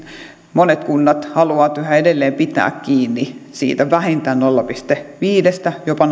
monet kunnat haluavat yhä edelleen pitää kiinni siitä vähintään nolla pilkku viidestä jopa